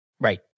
Right